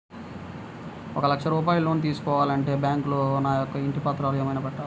ఒక లక్ష రూపాయలు లోన్ తీసుకోవాలి అంటే బ్యాంకులో నా యొక్క ఇంటి పత్రాలు ఏమైనా పెట్టాలా?